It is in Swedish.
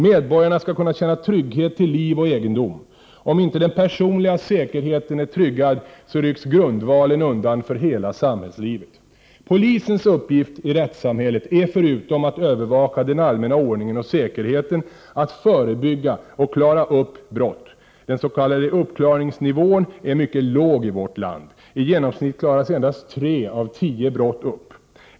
Medborgarna skall kunna känna trygghet till liv och egendom. Om inte den personliga säkerheten är tryggad rycks grundvalen undan för hela samhällslivet. Polisens uppgift i rättssamhället är förutom att övervaka den allmänna ordningen och säkerheten att förebygga och klara upp brott. Den s.k. uppklaringsnivån är mycket låg i vårt land. I genomsnitt klaras endast tre av tio brott upp.